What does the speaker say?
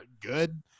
good